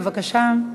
בבקשה.